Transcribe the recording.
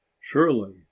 Surely